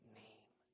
name